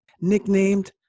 nicknamed